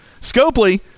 Scopely